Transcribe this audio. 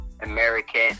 American